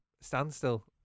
standstill